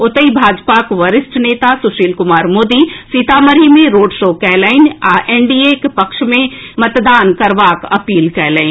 ओतहि भाजपाक वरिष्ठ नेता सुशील कुमार मोदी सीतामढ़ी मे रोड शो कयलनि आ एनडीए उम्मीदवारक पक्ष मे मतदान करबाक अपील कयलनि